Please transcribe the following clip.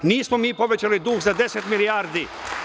Nismo mi povećali dug za 10 milijardi.